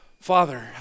Father